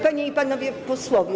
Panie i Panowie Posłowie!